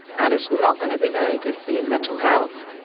and it's not going to be very good for your mental health.